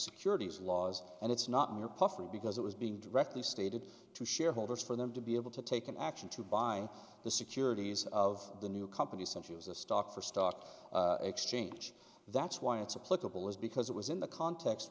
securities laws and it's not mere puffery because it was being directly stated to shareholders for them to be able to take an action to buy the securities of the new company since he was a stock for stock exchange that's why it's a political is because it was in the context